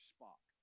Spock